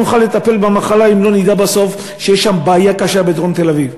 כי איך נוכל לטפל במחלה אם לא נדע בסוף שיש בעיה קשה שם בדרום תל-אביב.